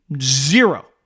Zero